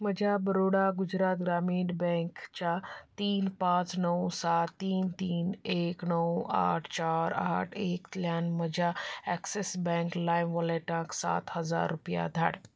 म्हज्या बरोड गुजरात ग्रामीण बँकच्या तीन पांच णव सात तीन तीन एक णव आठ चार आठ एक तल्यान म्हज्या ॲक्सिस बँक लायव वॉलेटांत सात हजार रुपया धाड